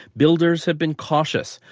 builders have been cautious,